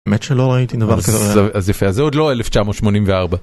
באמת שלא ראיתי דבר כזה. אז יפה זה עוד לא 1984.